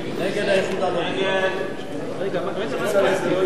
הצעת הסיכום שהביא חבר הכנסת יעקב כץ לא